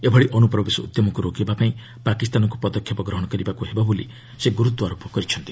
ଏଭଳି ଅନୁପ୍ରବେଶ ଉଦ୍ୟମକୁ ରୋକିବାପାଇଁ ପାକିସ୍ତାନକୁ ପଦକ୍ଷେପ ଗ୍ରହଣ କରିବାକୁ ହେବ ବୋଲି ସେ ଗୁର୍ତ୍ୱାରୋପ କରିଥିଲେ